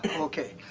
ok.